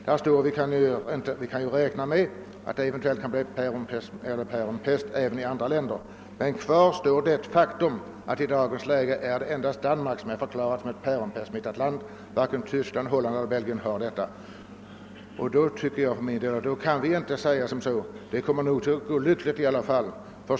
Det kan naturligtvis bli päronpest även i andra länder, men kvar står det faktum att i dag är det endast Danmark som förklarats som päronpestsmittat land; varken Tyskland, Holland eller Belgien har någon päronpest. Då kan vi inte säga: Det kommer nog att gå lyckligt i alla fall.